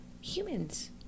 humans